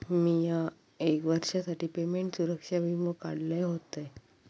मिया एक वर्षासाठी पेमेंट सुरक्षा वीमो काढलय होतय